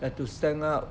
have to stand up